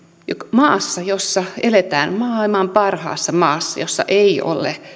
maassa jossa eletään maailman parhaassa maassa jossa ei ole